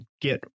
get